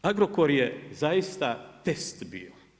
Agrokor je zaista test bio.